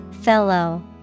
Fellow